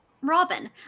Robin